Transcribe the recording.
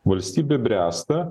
valstybė bręsta